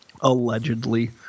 allegedly